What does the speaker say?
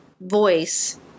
voice